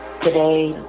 today